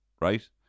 right